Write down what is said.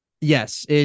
Yes